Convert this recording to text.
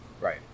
Right